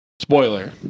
Spoiler